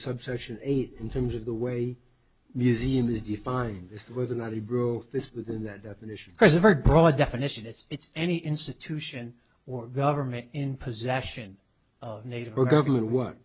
subsection eight in terms of the way museum is defined as to whether or not he broke this within that definition because of our broad definition it's any institution or government in possession of native or government work